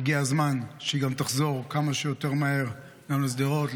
הגיע הזמן שהיא תחזור כמה שיותר מהר גם לשדרות,